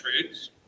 Trades